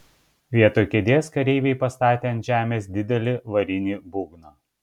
vietoj kėdės kareiviai pastatė ant žemės didelį varinį būgną